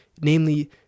namely